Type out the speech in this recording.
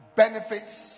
benefits